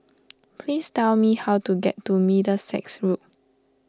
please tell me how to get to Middlesex Road